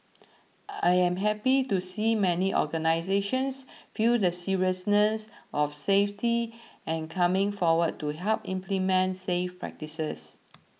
I am happy to see many organisations view the seriousness of safety and coming forward to help implement safe practices